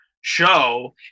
show